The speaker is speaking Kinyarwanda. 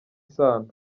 isano